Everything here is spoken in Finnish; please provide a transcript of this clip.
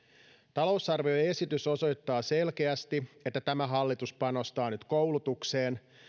talousarvioesitys osoittaa selkeästi että tämä hallitus panostaa nyt koulutukseen